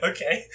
Okay